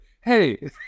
hey